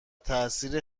تاثیر